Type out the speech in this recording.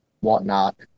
whatnot